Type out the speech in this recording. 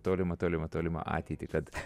tolimą tolimą tolimą ateitį kad